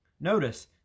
Notice